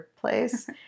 place